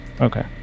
Okay